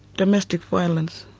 domestic violence,